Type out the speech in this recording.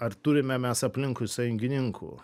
ar turime mes aplinkui sąjungininkų